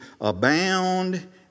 abound